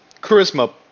charisma